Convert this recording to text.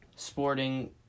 sporting